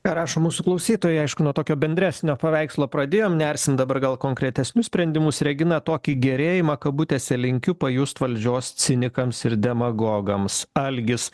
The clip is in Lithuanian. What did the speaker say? ką rašo mūsų klausytojai aišku nuo tokio bendresnio paveikslo pradėjom nersim dabar gal konkretesnius sprendimus regina tokį gerėjimą kabutėse linkiu pajust valdžios cinikams ir demagogams algis